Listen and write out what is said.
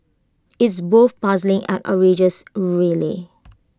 it's both puzzling and outrageous really